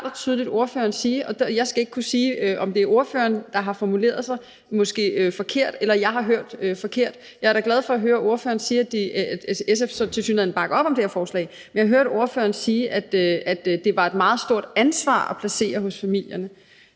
tydeligt ordføreren sige – og jeg skal ikke kunne sige, om det måske er ordføreren, der har formuleret sig forkert, eller om jeg har hørt forkert, men jeg er da glad for at høre ordføreren sige, at SF tilsyneladende bakker op om det her forslag – at det var et meget stort ansvar at placere hos familierne,